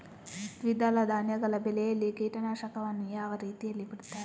ದ್ವಿದಳ ಧಾನ್ಯಗಳ ಬೆಳೆಯಲ್ಲಿ ಕೀಟನಾಶಕವನ್ನು ಯಾವ ರೀತಿಯಲ್ಲಿ ಬಿಡ್ತಾರೆ?